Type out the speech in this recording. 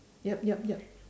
yup yup yup